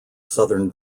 southern